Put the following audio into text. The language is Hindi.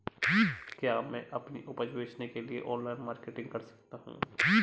क्या मैं अपनी उपज बेचने के लिए ऑनलाइन मार्केटिंग कर सकता हूँ?